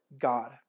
God